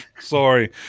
Sorry